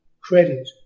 credit